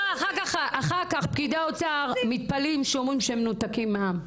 אחר כך פקידי האוצר מתפלאים כשאומרים שהם מנותקים מהעם.